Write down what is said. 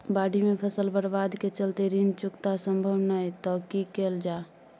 बाढि में फसल बर्बाद के चलते ऋण चुकता सम्भव नय त की कैल जा?